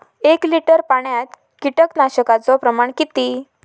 एक लिटर पाणयात कीटकनाशकाचो प्रमाण किती?